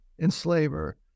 enslaver